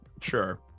Sure